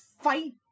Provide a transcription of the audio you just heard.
fight